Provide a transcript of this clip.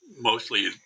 mostly